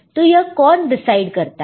तो यह कौन डिसाइड करता है